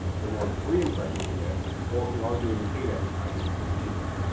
the more free impressions you get. or if you are doing paid advertising it's cheaper.